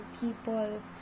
people